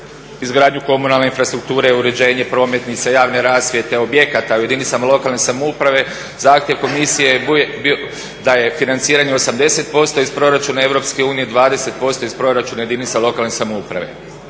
izgradnju komunalne infrastrukture, uređenje prometnica, javne rasvjete, objekata u jedinicama lokalne samouprave zahtjev komisije je bio da je financiranje 80% iz proračuna EU, a 20% iz proračuna jedinica lokalne samouprave.